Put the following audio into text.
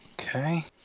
Okay